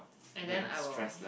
and then I will